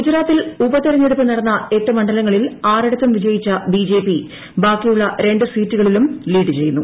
ഗുജറ്റ്റ്തിൽ ഉപതിരഞ്ഞെടുപ്പ് നടന്ന എട്ട് മണ്ഡലങ്ങളിൽ ആറിടത്തും വിജയിച്ച ബിജെപി ബാക്കിയുള്ള രണ്ട് സീറ്റുകളിലും ലീഡ് ചെയ്യുന്നു